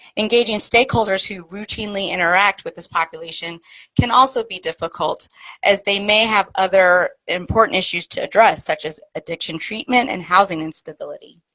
engaging stakeholders who routinely interact with this population can also be difficult as they may have other important issues to address, such as addiction treatment and housing instability.